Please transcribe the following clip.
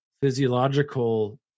physiological